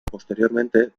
posteriormente